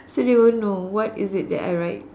so they won't know what is it that I write